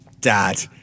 dad